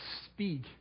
speak